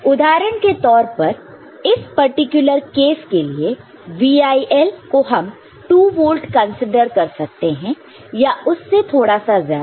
उदाहरण के तौर पर इस पर्टिकुलर केस के लिए VIL को हम 2 वोल्ट कंसीडर कर सकते हैं या उससे थोड़ा सा ज्यादा